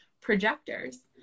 Projectors